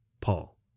Paul